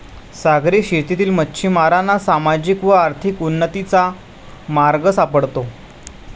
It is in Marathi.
सागरी शेतीतील मच्छिमारांना सामाजिक व आर्थिक उन्नतीचा मार्ग सापडतो